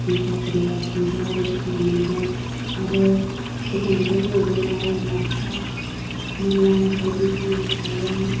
जिंखा फोरला खुम्रा बायदिसिना मोनबाय आरो गोजां बोथोराव जाहैबाय लाइ लाफा मुला बायदिसिना फालें